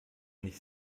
nicht